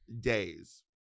days